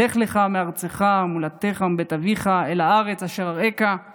"לך לך מארצך ממולדתך ומבית אביך אל הארץ אשר אראך";